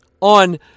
on